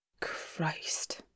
Christ